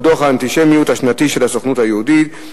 דוח האנטישמיות השנתי של הסוכנות היהודית,